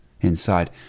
Inside